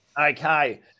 Okay